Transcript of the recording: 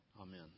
Amen